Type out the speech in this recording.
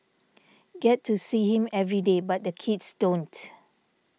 get to see him every day but the kids don't